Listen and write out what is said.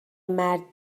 مرد